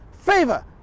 favor